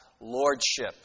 lordship